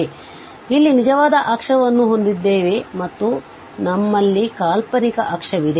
ಆದ್ದರಿಂದ ನಾವು ಇಲ್ಲಿ ನಿಜವಾದ ಅಕ್ಷವನ್ನು ಹೊಂದಿದ್ದೇವೆ ಮತ್ತು ನಮ್ಮಲ್ಲಿ ಕಾಲ್ಪನಿಕ ಅಕ್ಷವಿದೆ